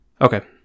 okay